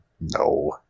No